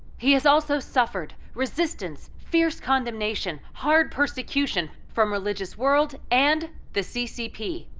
he has also suffered resistance, fierce condemnation, hard persecution from religious world and the ccp.